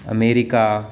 America